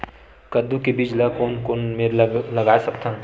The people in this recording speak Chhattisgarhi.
कददू के बीज ला कोन कोन मेर लगय सकथन?